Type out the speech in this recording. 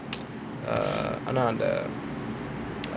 err அதான் அந்த:athaan antha